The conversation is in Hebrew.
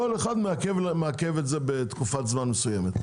כל אחד מעכב את זה בתקופת זמן מסוימת.